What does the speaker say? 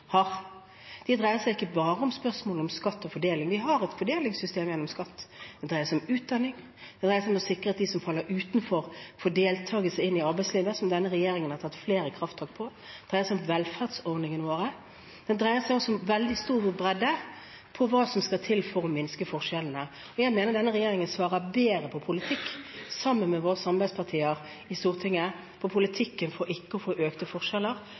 har. Det dreier seg ikke bare om spørsmålet om skatt og fordeling – vi har et fordelingssystem gjennom skatt. Det dreier seg om utdanning, det dreier seg om å sikre at de som faller utenfor, får deltagelse inn i arbeidslivet, som denne regjeringen har tatt flere krafttak for. Det dreier seg om velferdsordningene våre. Det dreier seg også i veldig stor bredde om hva som skal til for å minske forskjellene. Jeg mener denne regjeringen, sammen med våre samarbeidspartier i Stortinget, svarer bedre på politikken for ikke å få økte forskjeller